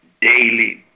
daily